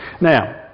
Now